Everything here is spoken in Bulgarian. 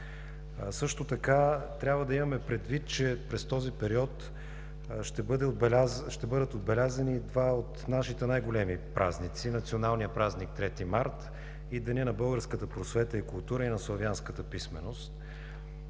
Също така трябва да имаме предвид, че през този период ще бъдат отбелязани и два от нашите най-големи празници – Националният празник 3 март и Денят на българската просвета и култура и на славянската писменост.